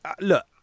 Look